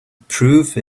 prove